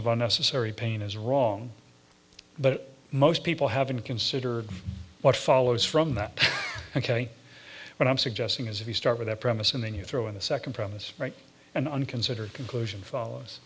of unnecessary pain is wrong but most people haven't considered what follows from that ok what i'm suggesting is if you start with that premise and then you throw in the second premise right and unconsidered conclusion follows